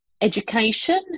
education